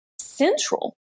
central